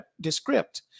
Descript